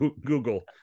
Google